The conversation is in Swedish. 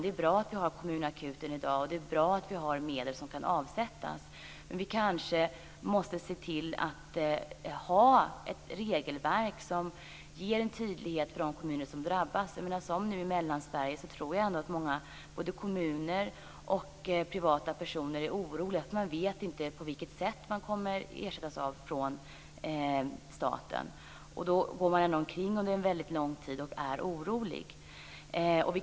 Det är bra att vi i dag har kommunakuten och att vi har medel att avsätta men kanske måste vi se till att vi har ett regelverk som ger tydlighet för de kommuner som drabbas. Som det är i Mellansverige tror jag att många - både kommuner och privatpersoner - är oroliga. Man vet inte på vilket sätt man kommer att få ersättning från staten. Under lång tid går man omkring och är orolig.